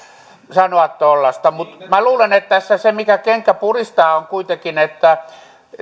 sanoa tuollaista minä luulen että se mistä tässä kenkä puristaa on kuitenkin se että